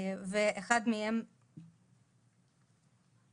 אחד מהגופים הוא אגף חוץ